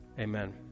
amen